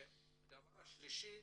דבר שלישי,